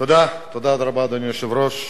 אדוני היושב-ראש,